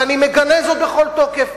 ואני מגנה זאת בכל תוקף.